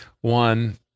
one